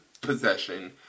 possession